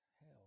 hell